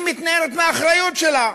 היא מתנערת מהאחריות שלה,